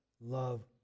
love